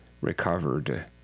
recovered